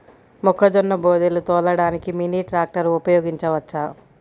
మొక్కజొన్న బోదెలు తోలడానికి మినీ ట్రాక్టర్ ఉపయోగించవచ్చా?